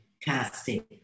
casting